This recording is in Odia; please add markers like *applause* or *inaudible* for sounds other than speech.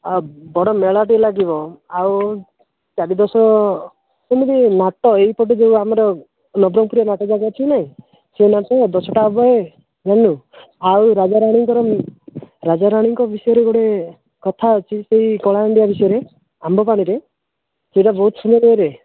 ହଁ ବଡ଼ ମେଳାଟେ ଲାଗିବ ଆଉ *unintelligible* ସେମିତି ନାଟ ଏଇପଟେ ଯେଉଁ ଆମର *unintelligible* ବାଟ ଯାକ ଅଛି ନାହିଁ ସେଇମାନେ ସବୁ ଦଶଟା ବେଳେ ଜାଣିଲୁ ଆଉ ରାଜା ରାଣୀଙ୍କର ରାଜା ରାଣୀଙ୍କ ବିଷୟରେ ଗୋଟେ କଥା ଅଛି ସେଇ କଳାହାଣ୍ଡିଆ ବିଷୟରେ ଆମ୍ବପାଣିରେ ସେଇଟା ବହୁତ *unintelligible* ରେ